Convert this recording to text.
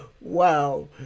Wow